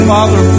Father